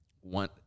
one